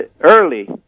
early